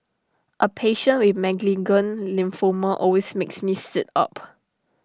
A patient with malignant lymphoma always makes me sit up